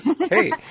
Hey